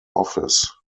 office